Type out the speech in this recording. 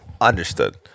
Understood